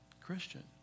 Christian